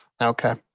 Okay